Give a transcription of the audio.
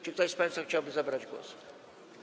Czy ktoś z państwa chciałby zabrać głos?